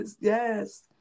yes